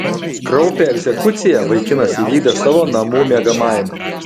kraupią egzekuciją vaikinas įvykdė savo namų miegamajame